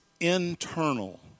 internal